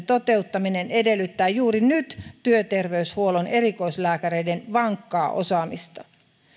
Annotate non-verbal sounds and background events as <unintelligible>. <unintelligible> toteuttaminen edellyttää juuri nyt työterveyshuollon erikoislääkäreiden vankkaa osaamista